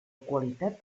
qualitat